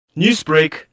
Newsbreak